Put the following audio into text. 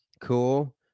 Cool